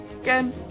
again